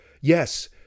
yes